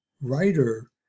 writer